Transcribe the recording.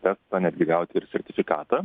testą netgi gauti ir sertifikatą